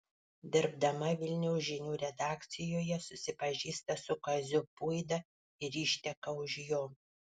dirbdama vilniaus žinių redakcijoje susipažįsta su kaziu puida ir išteka už jo